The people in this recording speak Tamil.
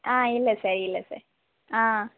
ஆ இல்லை சார் இல்லை சார் ஆ